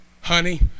Honey